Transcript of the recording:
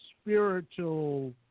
spiritual